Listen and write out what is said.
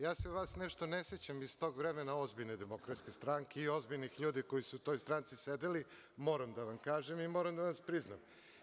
Ja se vas nešto ne sećam iz tog vremena ozbiljne DS i ozbiljnih ljudi koji su u toj stranci sedeli, moram da vam kažem i moram da vam priznam.